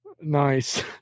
nice